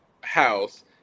house